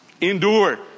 Endure